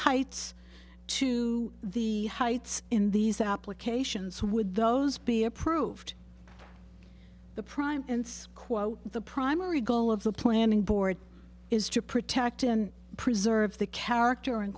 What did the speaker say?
heights to the heights in these applications would those be approved by the prime and says quote the primary goal of the planning board is to protect and preserve the character and